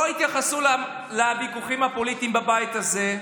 לא התייחסו לוויכוחים הפוליטיים בבית הזה,